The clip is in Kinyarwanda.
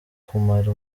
kumara